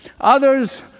others